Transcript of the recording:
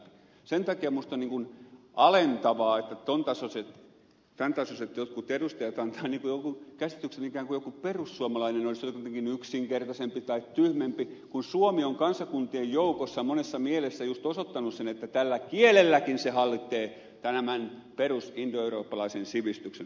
sen takia minusta on alentavaa että jotkut tämän tasoiset edustajat antavat käsityksen että ikään kuin joku perussuomalainen olisi jotenkin yksinkertaisempi tai tyhmempi kun suomi on kansakuntien joukossa monessa mielessä juuri osoittanut sen että tällä kielelläkin se hallitsee tämän perusindoeurooppalaisen sivistyksen